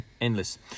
endless